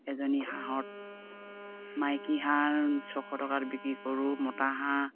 এজনী হাঁহত মাইকী হাঁহ ছশ টকাত বিক্ৰী কৰোঁ মতা হাঁহ